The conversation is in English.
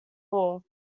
law